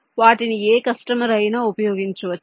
వాటిని ఏ కస్టమర్ అయినా ఉపయోగించవచ్చు